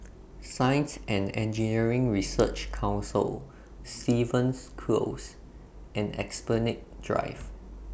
Science and Engineering Research Council Stevens Close and Esplanade Drive